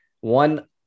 one